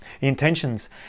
intentions